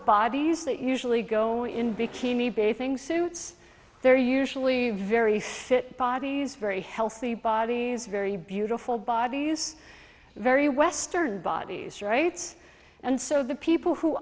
bodies that usually go in bikini big things suits they're usually very fit bodies very healthy bodies very beautiful bodies very western body's rights and so the people who